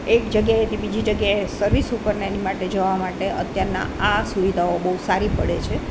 એક જગ્યાએથી બીજી જગ્યાએ સર્વિસ ઉપરને એની માટે જવા માટે અત્યારના આ સુવિધાઓ બહુ સારી પડે છે